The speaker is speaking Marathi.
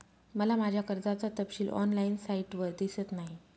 मला माझ्या कर्जाचा तपशील ऑनलाइन साइटवर दिसत नाही